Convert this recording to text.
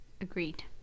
agreed